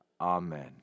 Amen